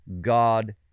God